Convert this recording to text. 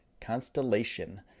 Constellation